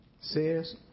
says